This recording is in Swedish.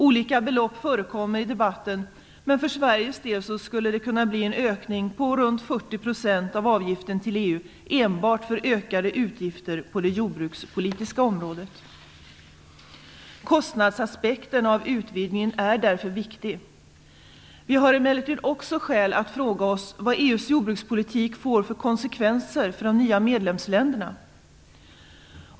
Olika belopp förekommer i debatten, men för Sveriges del skulle det kunna bli en ökning på runt 40 % av avgiften till EU enbart för ökade utgifter på det jordbrukspolitiska området. Kostnadsaspekten av utvidgningen är därför viktig. Vi har emellertid också skäl att fråga oss vad EU:s jordbrukspolitik får för konsekvenser för de nya medlemsländerna.